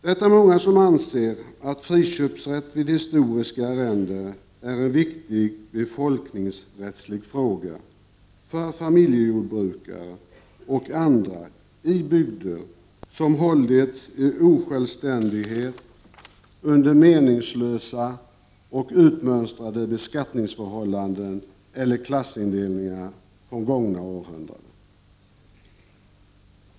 Det är många som anser att friköpsrätt vid historiska arrenden är en viktig befolkningsrättslig fråga för familjejordbrukare och andra i bygder som hållits i osjälvständighet under meningslösa och utmönstrade beskattningsförhållanden eller klassindelningar från gångna århundraden.